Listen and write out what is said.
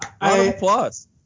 Applause